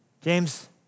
James